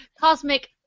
Cosmic